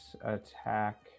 attack